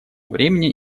времени